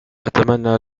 أتمنى